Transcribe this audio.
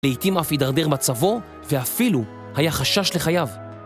לעתים אף הידרדר מצבו, ואפילו היה חשש לחייו.